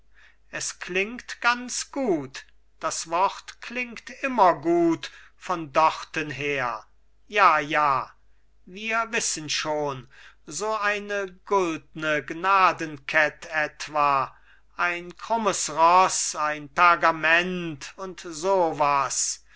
es klingt ganz gut das wort klingt immer gut von dorten her ja ja wir wissen schon so eine guldne gnadenkett etwa ein krummes roß ein pergament und so was